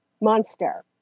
monster